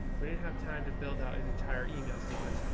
we didn't have time to build out an entire email sequence.